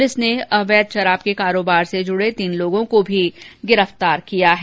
police ने अवैध शराब कारोबार से जुड़े तीन लोगों को भी गिरफ्तार किया है